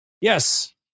yes